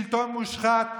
שלטון מושחת,